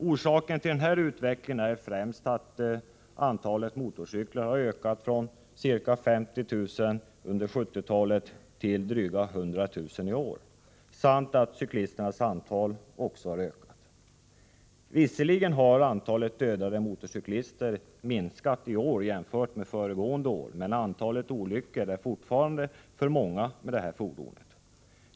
Orsaken till den utvecklingen är främst att antalet motorcyklar har ökat från ca 50 000 under 1970-talet till drygt 100 000 i år samt att också cyklisternas antal har ökat. Visserligen har antalet dödade motorcyklister minskat i år jämfört med föregående år, men antalet olyckor med motorcyklar är fortfarande för många.